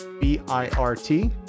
b-i-r-t